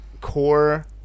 core